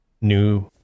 new